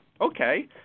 okay